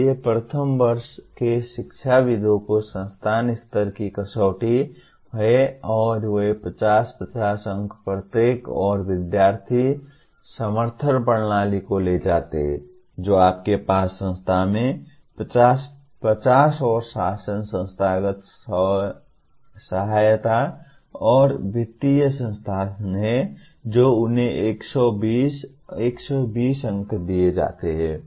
इसलिए प्रथम वर्ष के शिक्षाविदों को संस्थान स्तर की कसौटी है और वे 50 50 अंक प्रत्येक और विद्यार्थी समर्थन प्रणाली को ले जाते हैं जो आपके पास संस्था में 50 50 और शासन संस्थागत सहायता और वित्तीय संसाधन हैं जो उन्हें 120 120 अंक दिए जाते हैं